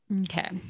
Okay